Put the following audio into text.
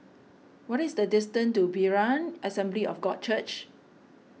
what is the distance to Berean Assembly of God Church